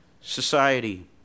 society